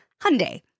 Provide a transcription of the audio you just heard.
Hyundai